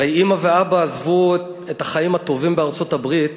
הרי אימא ואבא עזבו את החיים הטובים בארצות-הברית